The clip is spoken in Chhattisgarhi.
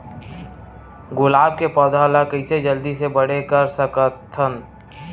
गुलाब के पौधा ल कइसे जल्दी से बड़े कर सकथन?